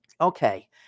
Okay